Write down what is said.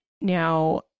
Now